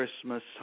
christmas